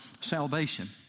salvation